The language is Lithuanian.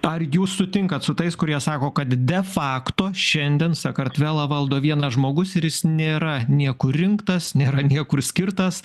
ar jūs sutinkat su tais kurie sako kad de fakto šiandien sakartvelą valdo vienas žmogus ir jis nėra niekur rinktas nėra niekur skirtas